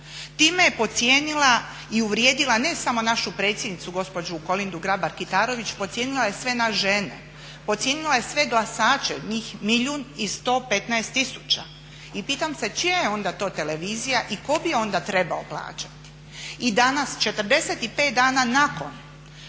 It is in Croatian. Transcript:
Time je podcijenila i uvrijedila ne samo našu predsjednicu gospođu Kolindu Grabar Kitarović, podcijenila je sve nas žene, podcijenila je sve glasače njih milijun i 115 tisuća i pitam se čija je onda to televizija i tko bi onda trebao plaćati? I danas 45 dana nakon